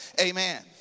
amen